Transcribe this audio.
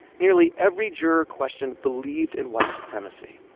nearly every juror questioned believed in white supremacy.